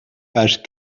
pages